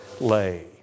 lay